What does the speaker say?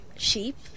sheep